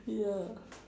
ya